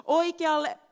oikealle